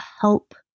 help